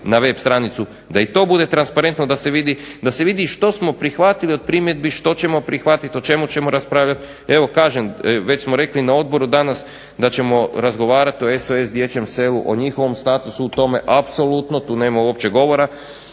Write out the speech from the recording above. na web stranicu da i to bude transparentno da se vidi što smo prihvatili od primjedbi, što ćemo prihvatiti, o čemu ćemo raspravljati. Evo kažem, već smo rekli na odboru danas da ćemo razgovarati o SOS dječjem selu, o njihovom statusu u tome. Apsolutno, tu nema uopće govora.